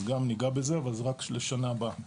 אז גם ניגע בזה אבל זה רק לשנה הבאה.